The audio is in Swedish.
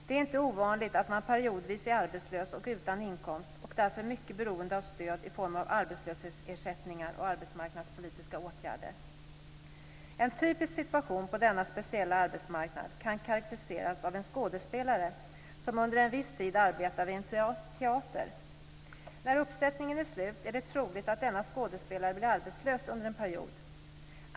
Det är inte ovanligt att man periodvis är arbetslös och utan inkomst och därför mycket beroende av stöd i form av arbetslöshetsersättningar och arbetsmarknadspolitiska åtgärder. En typisk situation på denna speciella arbetsmarknad kan karakteriseras av en skådespelare som under en viss tid arbetar vid en teater. När uppsättningen är slut är det troligt att denna skådespelare blir arbetslös under en period.